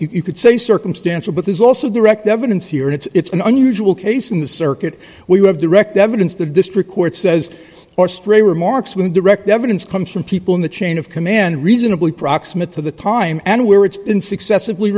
could say circumstantial but there's also direct evidence here it's an unusual case in the circuit we have direct evidence the district court says or stray remarks with direct evidence comes from people in the chain of command reasonably proximate to the time and where it's been successively